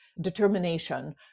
determination